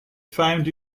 found